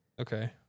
Okay